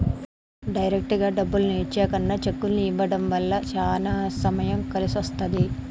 డైరెక్టుగా డబ్బుల్ని ఇచ్చే కన్నా చెక్కుల్ని ఇవ్వడం వల్ల చానా సమయం కలిసొస్తది